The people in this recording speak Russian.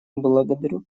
благодарю